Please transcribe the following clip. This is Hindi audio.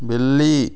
बिल्ली